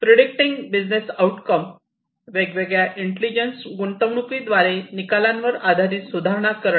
predicting business outcome वेगवेगळ्या इंटेलिजन्सच्या गुंतवणूकीद्वारे निकालांवर सुधारणा करणे